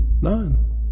none